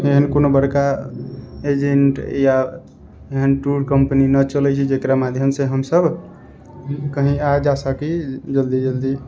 एहन कोनो बड़का एजेंट या एहन टूर कम्पनी नहि चलै छै जेकरा माध्यम से हमसब कहीं आ जा सकी जल्दी जल्दी